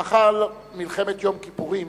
לאחר מלחמת יום הכיפורים